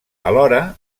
alhora